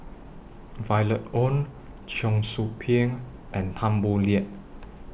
Violet Oon Cheong Soo Pieng and Tan Boo Liat